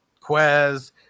Quez